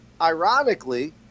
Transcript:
ironically